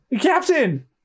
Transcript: Captain